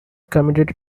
committed